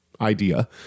idea